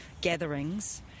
gatherings